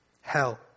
hell